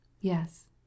Yes